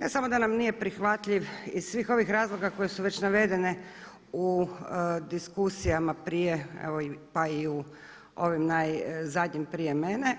Ne samo da nam nije prihvatljiv iz svih ovih razloga koje su već navedene u diskusijama prije, evo pa i u ovim najzadnjim prije mene